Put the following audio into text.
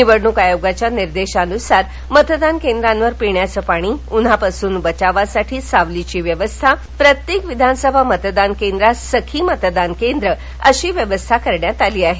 निवडणूक आयोगाच्या निर्देशानुसार मतदान केंद्रांवर पिण्याचं पाणी उन्हापासून बचावासाठी सावलीची व्यवस्था प्रत्येक विधानसभा मतदान केंद्रात सखी मतदान केंद्र अशी व्यवस्था करण्यात आली आहे